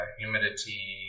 humidity